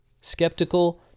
skeptical